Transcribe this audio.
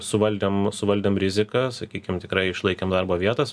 suvaldėm suvaldėm riziką sakykim tikrai išlaikėm darbo vietas